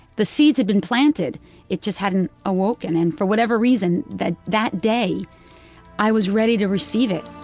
the seeds had been planted it just hadn't awoken, and for whatever reason, that that day i was ready to receive it